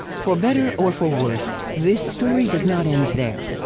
for better or for worse, this story does not end there!